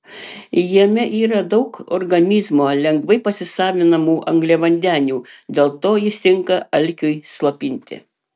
jame yra daug organizmo lengvai pasisavinamų angliavandenių dėl to jis tinka alkiui slopinti